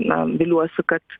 na viliuosi kad